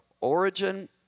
origin